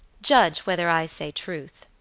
judge whether i say truth.